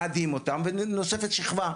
מאדים אותם ונוספת שכבה.